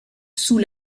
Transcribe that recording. sous